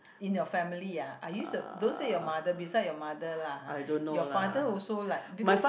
in your family ah I used to don't say your mother besides your mother lah your father also like because